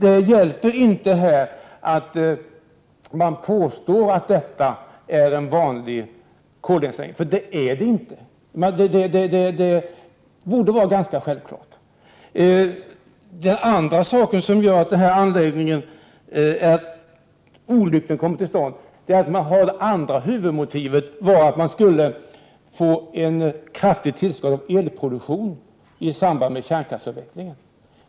Det hjälper inte att man då påstår att detta är en vanlig koleldningsanläggning, för någon sådan är det inte. Det borde vara ganska självklart. Det finns också andra saker som gör att det är olyckligt att den här anläggningen kommer till stånd. Exempelvis var det andra huvudmotivet att man i samband med kärnkraftsavvecklingen skulle få ett kraftigt tillskott när det gäller elproduktionen.